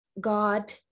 God